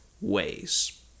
ways